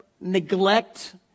neglect